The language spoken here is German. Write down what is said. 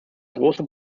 große